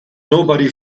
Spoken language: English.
nobody